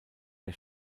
der